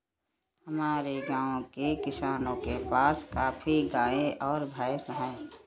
हमारे गाँव के किसानों के पास काफी गायें और भैंस है